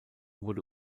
wurde